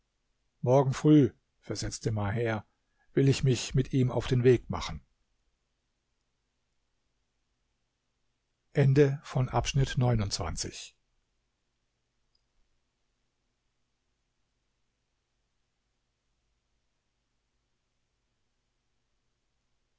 morgen früh versetzte maher will ich mich mit ihm auf den weg machen